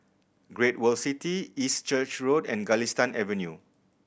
Great World City East Church Road and Galistan Avenue